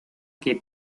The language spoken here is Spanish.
que